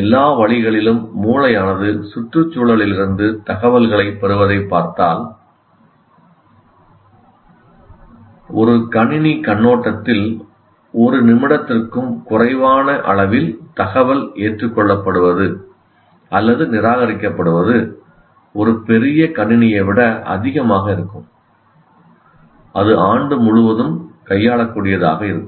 எல்லா வழிகளிலும் மூளையானது சுற்றுச்சூழலிலிருந்து தகவல்களைப் பெறுவதைப் பார்த்தால் காட்சி பகுதிக்கு வெளியே முடிவில்லாத விஷயங்கள் உள்ளன அவை தொடர்ந்து நம் அறிவிப்புக்கு மாறுகின்றன ஒரு கணினி கண்ணோட்டத்தில் ஒரு நிமிடத்திற்கும் குறைவான அளவில் தகவல் ஏற்றுக்கொள்ளப்படுவது அல்லது நிராகரிக்கப்படுவது ஒரு பெரிய கணினியை விட அதிகமாக இருக்கும் அது ஆண்டு முழுவதும் கையாளக்கூடியதாக இருக்கும்